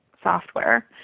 Software